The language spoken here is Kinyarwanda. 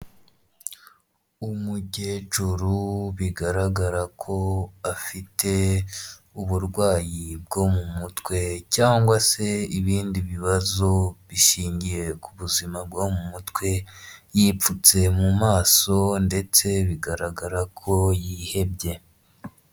Umukecuru bigaragara ko afite uburwayi bwo mu mutwe cyangwa se ibindi bibazo bishingiye ku buzima bwo mu mutwe, yipfutse mu maso ndetse bigaragara ko yihebye.